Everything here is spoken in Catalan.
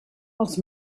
els